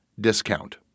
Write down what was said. discount